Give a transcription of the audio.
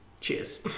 Cheers